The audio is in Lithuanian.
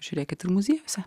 žiūrėkit ir muziejuose